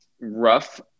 rough